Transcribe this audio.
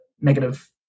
negative